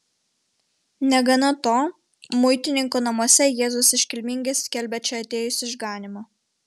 negana to muitininko namuose jėzus iškilmingai skelbia čia atėjus išganymą